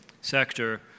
sector